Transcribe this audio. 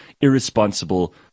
irresponsible